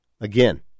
Again